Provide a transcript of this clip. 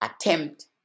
attempt